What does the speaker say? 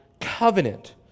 covenant